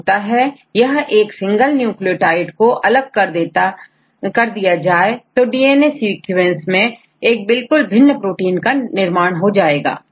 न होता है यदि एक सिंगल न्यूक्लियोटाइड को अलग कर दिया जाए तो डीएनए सीक्वेंस से एक बिलकुल भिन्न प्रोटीन का निर्माण हो जाएगा